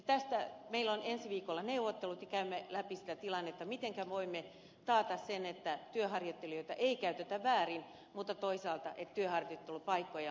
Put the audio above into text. tästä meillä on ensi viikolla neuvottelut ja käymme läpi sitä tilannetta mitenkä voimme taata sen että työharjoittelijoita ei käytetä väärin mutta toisaalta työharjoittelupaikkoja on tarjolla